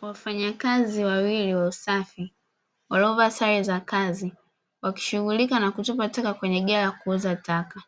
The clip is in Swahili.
Wafanyakazi wawili wa usafi walizovaa sale za kazi, wakishughulika na kutupa taka kwenye gari la taka.